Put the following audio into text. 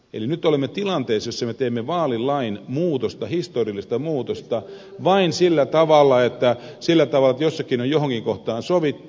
eli nyt olemme tilanteessa jossa me teemme vaalilain muutosta historiallista muutosta vain sillä tavalla että jossakin on johonkin kohtaan sovittu